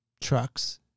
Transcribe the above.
trucks